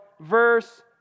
verse